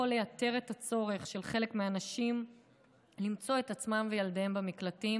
יכול לייתר את הצורך של חלק מהנשים למצוא את עצמן ואת ילדיהן במקלטים,